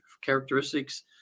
characteristics